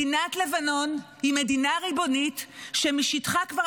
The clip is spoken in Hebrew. מדינת לבנון היא מדינה ריבונית שמשטחה כבר